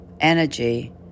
energy